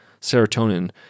serotonin